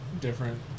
different